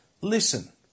listen